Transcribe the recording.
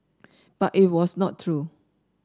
but it was not true